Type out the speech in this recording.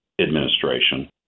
administration